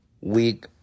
week